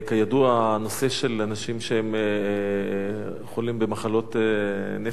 הנושא של אנשים שהם חולים במחלות נפש למיניהן,